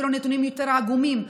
הנתונים אפילו עגומים יותר: